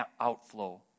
outflow